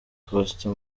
faustin